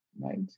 Right